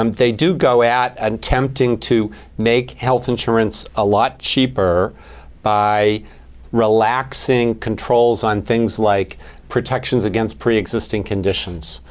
um they do go out attempting to make health insurance a lot cheaper by relaxing controls on things like protections against preexisting conditions.